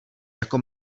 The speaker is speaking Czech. jako